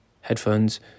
headphones